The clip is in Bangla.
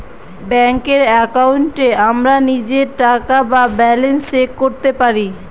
ব্যাঙ্কের একাউন্টে আমরা নিজের টাকা বা ব্যালান্স চেক করতে পারি